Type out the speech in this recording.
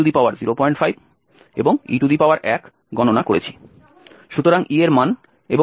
সুতরাং e এর মান এবং তারপর f